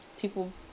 people